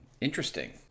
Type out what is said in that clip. Interesting